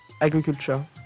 agriculture